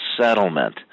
settlement